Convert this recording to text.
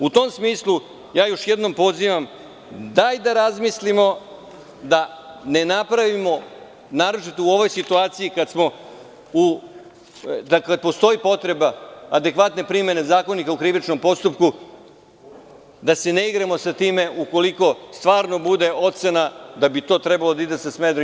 U tom smislu, još jednom pozivam, da razmislimo da ne napravimo, naročito u ovoj situaciji kada postoji potreba adekvatne primene Zakonika o krivičnom postupku, da se ne igramo sa time, ukoliko stvarno bude ocena da bi to trebalo da ide sa Smederevom.